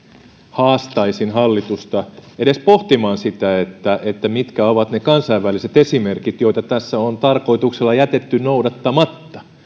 haastaisin hallitusta edes pohtimaan sitä mitkä ovat ne kansainväliset esimerkit joita tässä on tarkoituksella jätetty noudattamatta